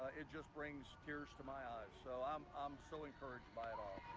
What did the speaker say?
it just brings tears to my eyes, so i'm um so encouraged by it all.